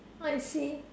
what I see